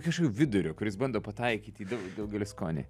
kažkokio vidurio kuris bando pataikyti į daug daugelio skonį